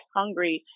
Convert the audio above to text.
hungry